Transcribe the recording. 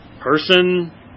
person